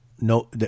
No